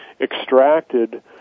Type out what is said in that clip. extracted